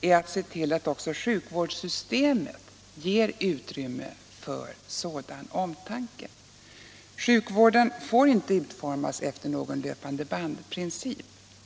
är att se till att också sjukvårdssystemet ger utrymme för sådan omtanke. Sjukvården får inte utformas efter någon löpande band-princip.